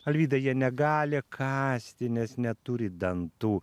alvyda jie negali kąsti nes neturi dantų